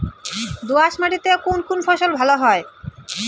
দোঁয়াশ মাটিতে কোন কোন ফসল ভালো হয়?